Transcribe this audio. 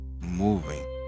moving